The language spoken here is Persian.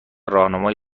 راهنمای